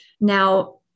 Now